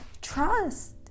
trust